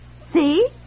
See